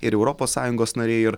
ir europos sąjungos nariai ir